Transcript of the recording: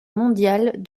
mondiale